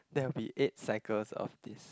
that will be eight cycles of this